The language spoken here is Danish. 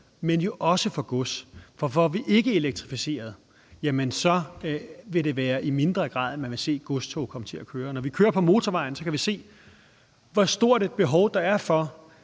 men jo også for gods. For får vi ikke elektrificeret, vil det være i mindre grad, at man vil se godstog komme til at køre. Når vi kører på motorvejen, kan vi se, hvor stort et behov der er for,